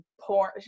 porn